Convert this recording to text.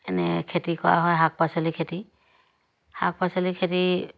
এনে খেতি কৰা হয় শাক পাচলি খেতি শাক পাচলি খেতি